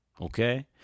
Okay